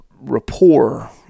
rapport